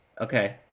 Okay